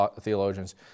theologians